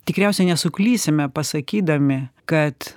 tikriausiai nesuklysime pasakydami kad